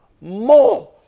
more